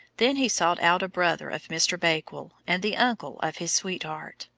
then he sought out a brother of mr. bakewell and the uncle of his sweetheart,